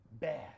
bad